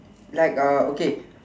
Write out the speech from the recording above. like uh okay